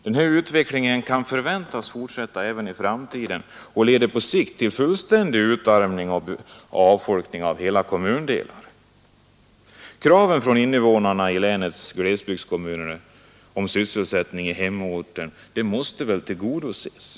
Denna utveckling kan förväntas fortsätta även i framtiden och leder på sikt till fullständig utarmning och avfolkning av hela kommundelar. Kraven från invånarna i länets glesbygdskommuner om sysselsättning i hemorten måste tillgodoses.